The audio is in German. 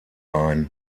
ein